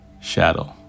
shadow